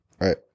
Right